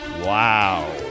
Wow